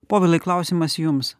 povilai klausimas jums